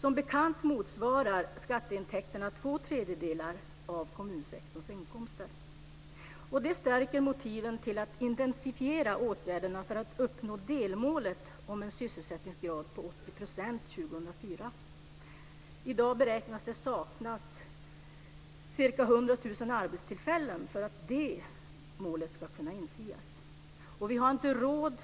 Som bekant motsvarar skatteintäkterna två tredjedelar av kommunsektorns inkomster. Det stärker motiven till att intensifiera åtgärderna för att uppnå delmålet om en sysselsättningsgrad på 80 % år 2004. Man beräknar att det i dag saknas ca 100 000 arbetstillfällen för att det målet ska kunna infrias. Vi har inte råd